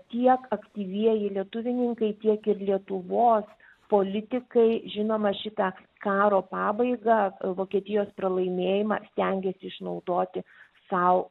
tiek aktyvieji lietuvininkai tiek ir lietuvos politikai žinoma šitą karo pabaigą vokietijos pralaimėjimą stengėsi išnaudoti sau